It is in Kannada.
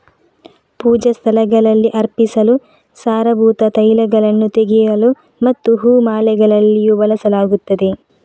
ಪೂಜಾ ಸ್ಥಳಗಳಲ್ಲಿ ಅರ್ಪಿಸಲು, ಸಾರಭೂತ ತೈಲಗಳನ್ನು ತೆಗೆಯಲು ಮತ್ತು ಹೂ ಮಾಲೆಗಳಲ್ಲಿಯೂ ಬಳಸಲಾಗುತ್ತದೆ